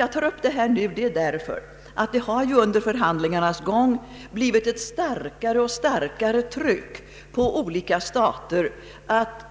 Jag tar upp det här nu därför att det har under förhandlingarnas gång blivit ett allt starkare tryck på olika stater att